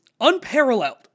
unparalleled